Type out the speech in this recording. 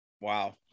wow